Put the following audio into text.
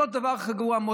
זה דבר גרוע מאוד.